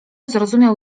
zrozumiał